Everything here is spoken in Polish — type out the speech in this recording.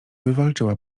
wywalczyła